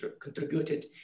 contributed